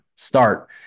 start